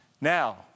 Now